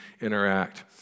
interact